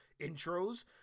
intros